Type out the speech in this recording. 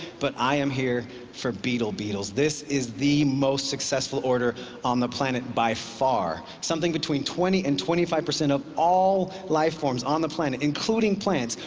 but i am here for beetle beetles. this is the most successful order on the planet by far. something between twenty and twenty five percent of all life forms on the planet, including plants,